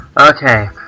Okay